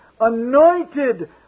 anointed